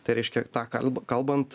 tai reiškia tą kalb kalbant